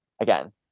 again